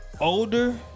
older